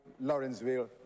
Lawrenceville